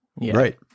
Right